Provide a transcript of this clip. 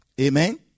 Amen